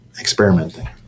experimenting